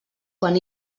quan